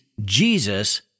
Jesus